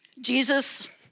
Jesus